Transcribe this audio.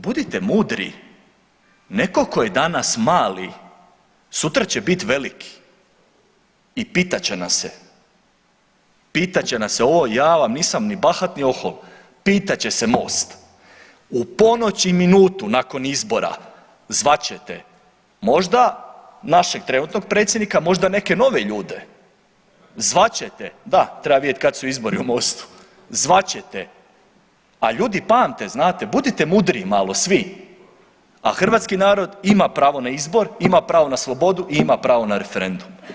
Budite mudri netko tko je danas mali sutra će biti veliki i pitat će nas se, pitat će nas se ovo, ja vam nisam ni bahat, ni ohol, pitat će se MOST u ponoć i minutu nakon izbora zvat ćete možda našeg trenutnog predsjednika, možda neke nove ljude, zvat ćete, da treba vidjet kad su izbori u MOST-u, zvat ćete, a ljudi pamete znate, budite mudriji malo svi, a hrvatski narod ima pravo na izbor, ima pravo na slobodu i ima pravo na referendum.